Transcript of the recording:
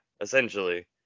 essentially